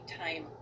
time